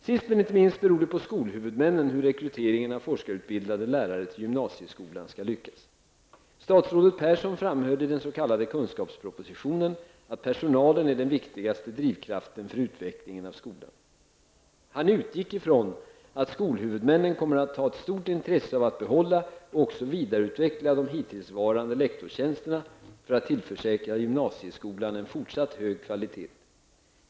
Sist men inte minst beror det på skolhuvudmännen hur rekryteringen av forskarutbildade lärare till gymnasieskolan skall lyckas. Statsrådet Persson framhöll i den s.k. kunskapspropositionen att personalen är den viktigaste drivkraften för utvecklingen av skolan. Han utgick från att skolhuvudmännen kommer att ha ett stort intresse av att behålla och även vidareutveckla de hittillsvarande lektorstjänsterna för att tillförsäkra gymnasieskolan en fortsatt hög kvalitet.